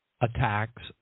attacks